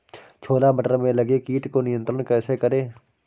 छोला मटर में लगे कीट को नियंत्रण कैसे करें?